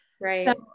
Right